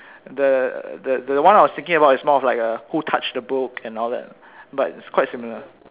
the the the one I was thinking about is more of like who touch the book and all that but it's quite similar